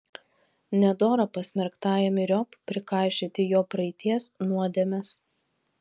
nedora pasmerktajam myriop prikaišioti jo praeities nuodėmes